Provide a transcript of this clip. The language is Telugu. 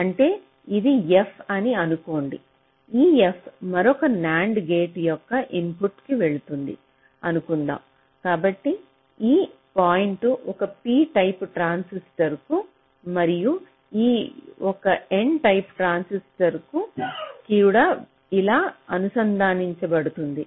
అంటే ఇది f అని అనుకోండి ఈ f మరొక NAND గేట్ యొక్క ఇన్పుట్కు వెళుతుంది అనుకుందాం కాబట్టి ఈ పాయింట్ ఒక p టైప్ ట్రాన్సిస్టర్కు మరియు ఇది ఒక n టైప్ ట్రాన్సిస్టర్కు కి కూడా ఇలా అనుసంధానించబడుతుంది